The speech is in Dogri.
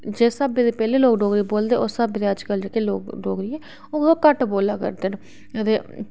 जिस स्हाबै दे पैह्लें लोक डोगरी बोलदे उस स्हाबै दे अज्ज लोक डोगरी ओह् घट्ट बोल्ला करदे न